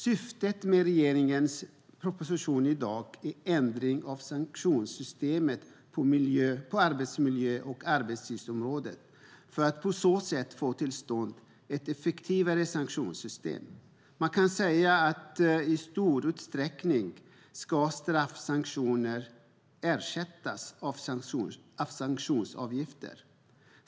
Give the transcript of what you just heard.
Syftet med den proposition som vi nu debatterar är att få till stånd en ändring av sanktionssystemet på arbetsmiljö och arbetstidsområdet för att på så sätt få ett effektivare sanktionssystem. Man kan säga att straffsanktioner i stor utsträckning ska ersättas av sanktionsavgifter.